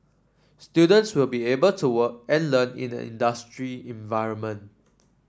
students will be able to work and learn in an industry environment